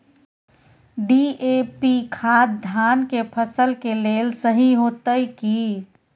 DAP खाद धान के फसल के लेल सही होतय की?